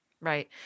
right